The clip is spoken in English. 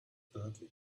dirty